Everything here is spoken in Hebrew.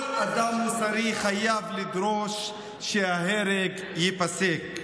כל אדם מוסרי חייב לדרוש שההרג ייפסק.